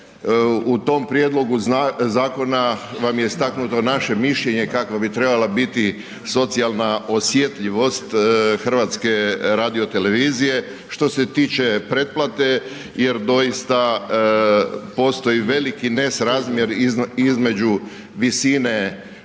u tom prijedlogu zakona vam je istaknuto naše mišljenje kako bi trebala biti socijalna osjetljivost HRT-a što se tiče pretplate jer doista postoji veliki nesrazmjer između visine